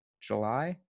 July